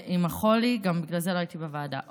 עם החולי, בגלל זה גם לא הייתי בוועדה.